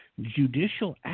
judicial